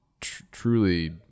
truly